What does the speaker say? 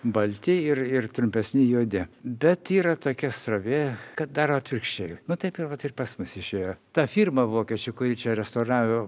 balti ir ir trumpesni juodi bet yra tokia srovė kad daro atvirkščiai nu taip ir vat ir pas mus išėjo ta firma vokiečių kuri čia restauravo